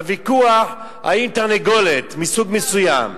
והוויכוח האם תרנגולת מסוג מסוים,